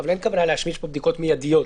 אבל אין כוונה להשמיש כאן בדיקות מיידיות.